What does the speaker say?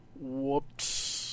whoops